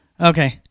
Okay